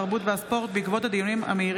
התרבות והספורט בעקבות דיון מהיר